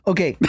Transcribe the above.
Okay